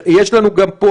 יש לנו גם פה